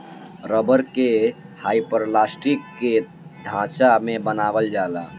rubber के hyperelastic के ढांचा में बनावल जाला